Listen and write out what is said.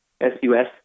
S-U-S